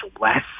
less